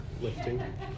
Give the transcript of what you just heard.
lifting